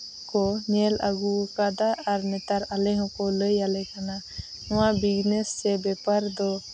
ᱠᱚ ᱧᱮᱞ ᱟᱹᱜᱩᱣᱟᱠᱟᱫᱟ ᱟᱨ ᱱᱮᱛᱟᱨ ᱟᱞᱮ ᱦᱚᱸᱠᱚ ᱞᱟᱹᱭᱟᱞᱮ ᱠᱟᱱᱟ ᱱᱚᱣᱟ ᱵᱤᱡᱽᱱᱮᱥ ᱥᱮ ᱵᱮᱯᱟᱨ ᱫᱚ